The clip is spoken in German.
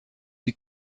die